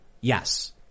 Yes